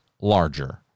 larger